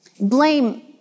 Blame